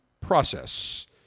process